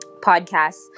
podcasts